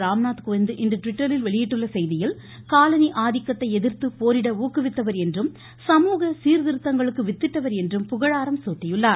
ராம்நாத் கோவிந்த் இன்று ட்விட்டரில் வெளியிட்டுள்ள செய்தியில் காலனி ஆதிக்கத்தை எதிர்த்து போரிட ஊக்குவித்தவர் என்றும் சமூக சீர்திருத்தங்களுக்கு வித்திட்டவர் என்றும் புகழாரம் சூட்டியுள்ளார்